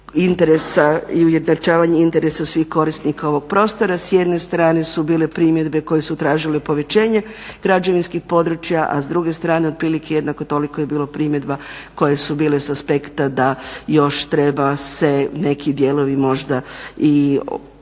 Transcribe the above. interesa i ujednačavanje interesa svih korisnika ovog prostora. S jedne strane su bile primjedbe koje su tražile povećanje građevinskih područja, a s druge strane otprilike jednako toliko je bilo primjedba koje su bile s aspekta da još treba se neki dijelovi možda i još jače